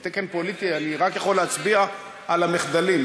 על תקן פוליטי אני רק יכול להצביע על המחדלים.